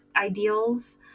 ideals